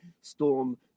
Storm